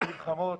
מלחמות